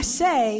say